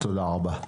תודה רבה.